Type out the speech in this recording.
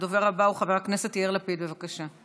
הדובר הבא הוא חבר הכנסת יאיר לפיד, בבקשה.